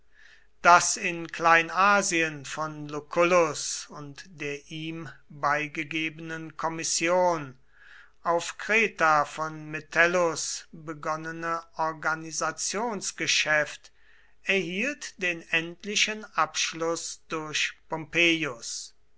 das in kleinasien von lucullus und der ihm beigegebenen kommission auf kreta von metellus begonnene organisationsgeschäft erhielt den endlichen abschluß durch